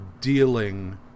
dealing